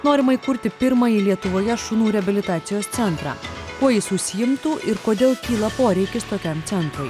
norima įkurti pirmąjį lietuvoje šunų reabilitacijos centrą kuo jis užsiimtų ir kodėl kyla poreikis tokiam centrui